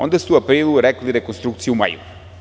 Onda ste u aprilu rekli rekonstrukcija u maju.